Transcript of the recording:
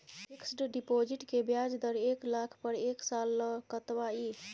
Fixed deposit के ब्याज दर एक लाख पर एक साल ल कतबा इ?